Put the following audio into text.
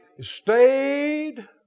stayed